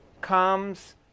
comes